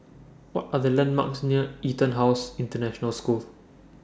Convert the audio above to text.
What Are The landmarks near Etonhouse International School